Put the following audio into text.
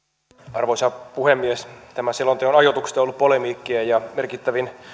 arvoisa puhemies tämän selonteon ajoituksesta on ollut polemiikkia ja merkittävin